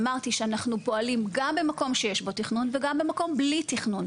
אמרתי שאנחנו פועלים גם במקום שיש בו תכנון וגם במקום בלי תכנון,